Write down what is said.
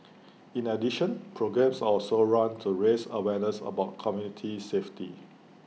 in addition programmes are also run to raise awareness about community safety